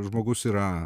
žmogus yra